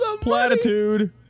platitude